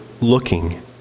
looking